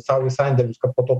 sau į sandėlius kad po to